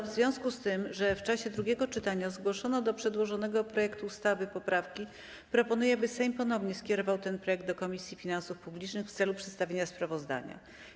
W związku z tym, że w czasie drugiego czytania zgłoszono do przedłożonego projektu ustawy poprawki, proponuję, aby Sejm ponownie skierował ten projekt do Komisji Finansów Publicznych w celu przedstawienia sprawozdania.